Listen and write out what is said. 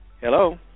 Hello